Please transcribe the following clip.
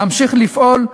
נמשיך לפעול,